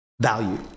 value